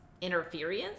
interference